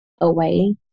away